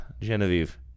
Genevieve